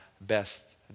best